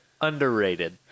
underrated